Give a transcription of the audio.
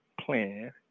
plan